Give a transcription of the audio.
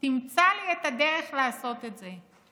תמצא לי את הדרך לעשות את זה.